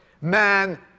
Man